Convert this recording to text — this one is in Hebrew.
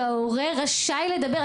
וההורה רשאי לדבר איתה.